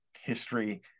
history